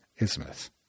isthmus